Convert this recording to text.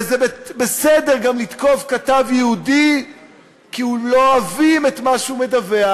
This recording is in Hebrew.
וזה בסדר גם לתקוף כתב יהודי כי לא אוהבים את מה שהוא מדווח,